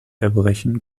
erbrechen